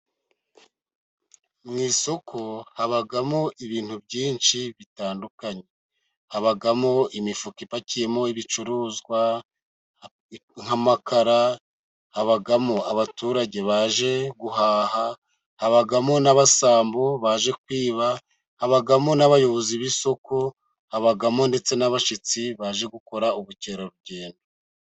Mu isoko habamo ibintu byinshi bitandukanye. Habamo imifuka ipakiyemo ibicuruzwa nk'amakara, habamo abaturage baje guhaha, habamo n'abasambo baje kwiba, habamo n'abayobozi b'isoko, habamo ndetse n'abashyitsi baje gukora ubukerarugendo.